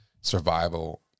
survival